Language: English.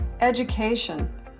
education